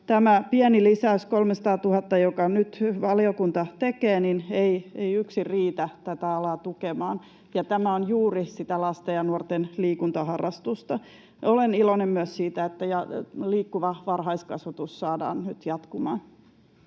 tämä pieni lisäys, 300 000, jonka nyt valiokunta tekee, ei yksin riitä tätä alaa tukemaan. Tämä on juuri sitä lasten ja nuorten liikuntaharrastusta. Olen iloinen myös siitä, että Liikkuva varhaiskasvatus saadaan nyt jatkumaan.